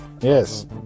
Yes